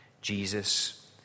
Jesus